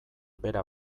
bera